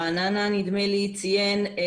גינזבורג ציין,